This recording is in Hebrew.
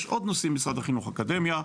יש עוד נשאים במשרד החינוך כמו אקדמיה,